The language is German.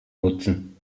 nutzen